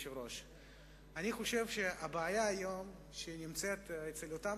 אני חושב שהבעיה היום נמצאת אצל אותם